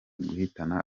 guhitana